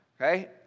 okay